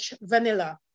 vanilla